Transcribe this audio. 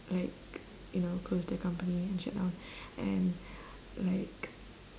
like you know close their company and shut down and like